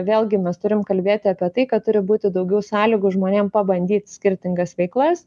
vėlgi mes turim kalbėti apie tai kad turi būti daugiau sąlygų žmonėm pabandyt skirtingas veiklas